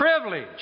privilege